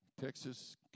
Texas